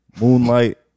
moonlight